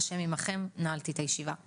ה' עימכם, נעלתי את הישיבה.